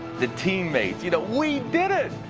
the teammates. you know we did it!